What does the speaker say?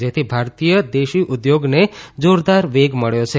જેથી ભારતીય દેશી ઉદ્યોગને જોરદાર વેગ મળ્યો છે